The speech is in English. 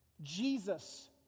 Jesus